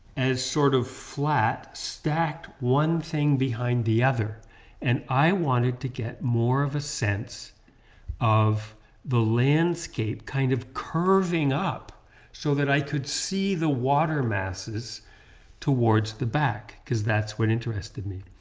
as sort of flat, stacked one thing behind the other and i wanted to get more of a sense of the landscape, kind of curving up so that i could see the water masses towards the back because that's what interested me.